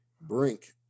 brink